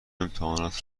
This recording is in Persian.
امتحانات